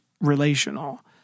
relational